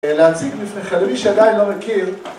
להציג לפניכם למי שעדיין לא מכיר